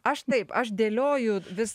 aš taip aš dėlioju vis